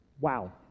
wow